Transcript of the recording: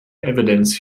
evidence